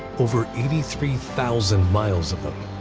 over eighty three thousand miles of them.